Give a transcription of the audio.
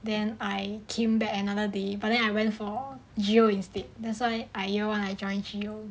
then I came back another day but then I went for G_O instead that's why ah year one I joined G_O